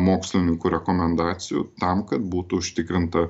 mokslininkų rekomendacijų tam kad būtų užtikrinta